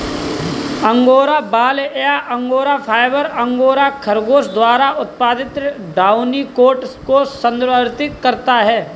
angora बाल या angora fibre, angora खरगोश द्वारा उत्पादित डाउनी कोट को संदर्भित करता है